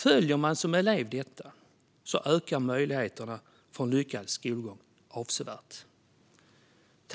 Följer man som elev detta ökar möjligheterna för en lyckad skolgång avsevärt.